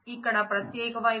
ఇక్కడ ప్రత్యేక వైపు